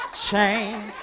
change